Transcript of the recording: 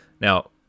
Now